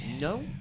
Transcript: No